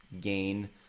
gain